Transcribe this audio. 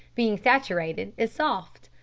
being saturated, is soft.